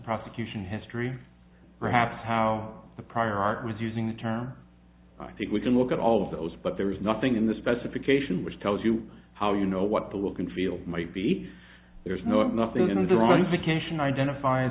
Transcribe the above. prosecution history perhaps how the prior art was using the term i think we can look at all of those but there is nothing in the specification which tells you how you know what the will can feel might be there is no if nothing in there on vacation identify a